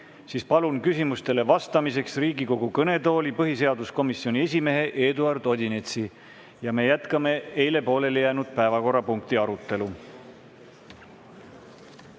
siis palun küsimustele vastamiseks Riigikogu kõnetooli põhiseaduskomisjoni esimehe Eduard Odinetsi. Me jätkame eile pooleli jäänud päevakorrapunkti arutelu.